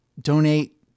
Donate